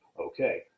Okay